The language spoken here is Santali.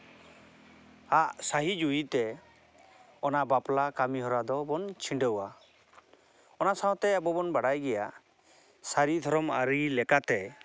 ᱟᱜ ᱥᱟᱹᱦᱤᱡᱩᱦᱤᱛᱮ ᱚᱱᱟ ᱵᱟᱯᱞᱟ ᱠᱟᱹᱢᱤᱦᱚᱨᱟ ᱫᱚᱵᱚᱱ ᱪᱷᱤᱸᱰᱟᱹᱣᱟ ᱚᱱᱟ ᱥᱟᱶᱛᱮ ᱟᱵᱚ ᱵᱚᱱ ᱵᱟᱰᱟᱭ ᱜᱮᱭᱟ ᱥᱟᱹᱨᱤ ᱫᱷᱚᱨᱚᱢ ᱟᱹᱨᱤ ᱞᱮᱠᱟᱛᱮ